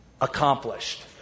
accomplished